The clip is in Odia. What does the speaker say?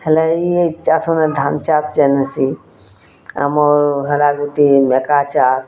ହେଲେ ଇ ଚାଷନେ ଧାନ୍ ଚାଷ୍ ଯେନ୍ ହେସି ଆମର୍ ରହେଲା ଗୁଟି ମେକା ଚାଷ୍